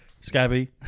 Scabby